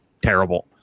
terrible